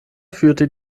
führte